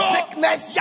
Sickness